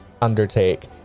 undertake